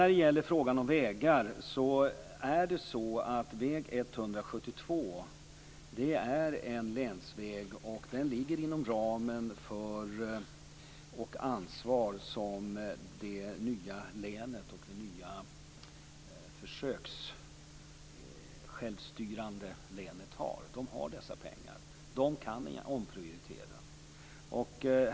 När det gäller frågan om vägar är det så att väg 172 är en länsväg. Den ligger inom ramen för det ansvar som det nya länet, det nya försökssjälvstyrande länet, har. De har dessa pengar. De kan omprioritera.